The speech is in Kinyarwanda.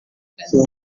kazi